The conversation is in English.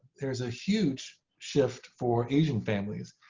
there is a huge shift for asian families.